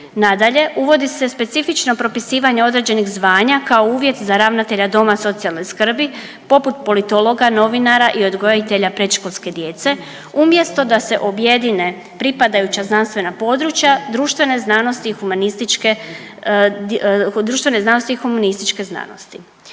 Nadalje, uvodi se specifično propisivanje određenih zvanja kao uvjet za ravnatelja doma socijalne skrbi, poput politologa, novinara i odgojitelja predškolske djece umjesto da se objedine pripadajuća znanstvena područja, društvene znanosti i humanističke,